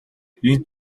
энэ